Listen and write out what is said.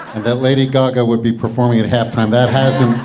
and that lady gaga would be performing at halftime. that hasn't